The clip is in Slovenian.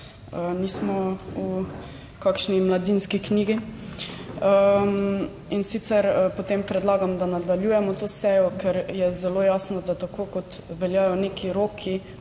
Nismo v kakšni Mladinski knjigi. In sicer, potem predlagam, da nadaljujemo to sejo, ker je zelo jasno, da tako kot veljajo neki roki